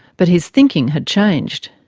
but his thinking had changed.